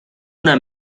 una